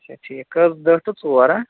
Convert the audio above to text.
اَچھا ٹھیٖک کٔژ دٔہ ٹُو ژور ہاں